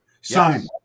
sign